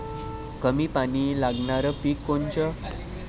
कमी पानी लागनारं पिक कोनचं?